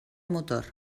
motor